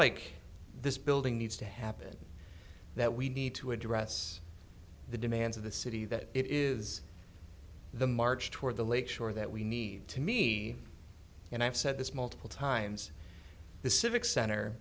like this building needs to happen that we need to address the demands of the city that it is the march toward the lake shore that we need to me and i've said this multiple times the civic center